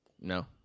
no